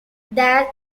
there